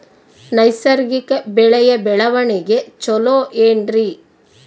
ನೈಸರ್ಗಿಕ ಬೆಳೆಯ ಬೆಳವಣಿಗೆ ಚೊಲೊ ಏನ್ರಿ?